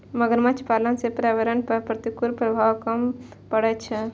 मगरमच्छ पालन सं पर्यावरण पर प्रतिकूल प्रभाव कम पड़ै छै